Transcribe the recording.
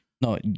no